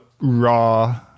raw